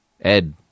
Ed